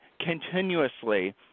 continuously